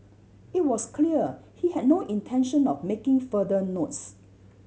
it was clear he had no intention of making further notes